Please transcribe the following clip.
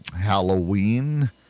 Halloween